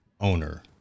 owner